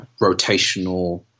rotational